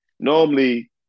Normally